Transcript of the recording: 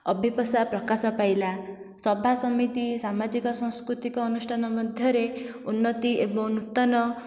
ଅଭିପ୍ସା ପ୍ରକାଶ ପାଇଲା ସଭା ସମିତି ସାମାଜିକ ସାଂସ୍କୃତିକ ଅନୁଷ୍ଠାନ ମଧ୍ୟରେ ଉନ୍ନତି ଏବଂ ନୂତନ